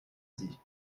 dit